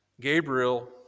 Gabriel